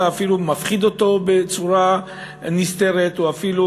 אלא אפילו מפחיד אותו בצורה נסתרת או אפילו